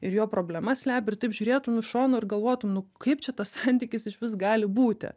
ir jo problemas slepia ir taip žiūrėtum iš šono ir galvotum nu kaip čia tas santykis išvis gali būti